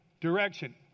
direction